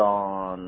on